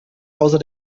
außer